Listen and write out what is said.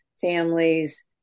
families